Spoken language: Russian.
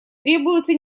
требуются